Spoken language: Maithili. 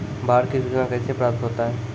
बाढ की सुचना कैसे प्राप्त होता हैं?